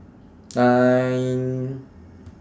nine